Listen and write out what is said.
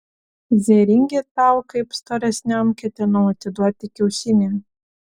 zėringi tau kaip storesniam ketinau atiduoti kiaušinį